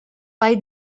bei